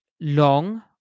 long